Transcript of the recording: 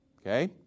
Okay